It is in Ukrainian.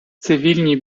цивільні